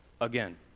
again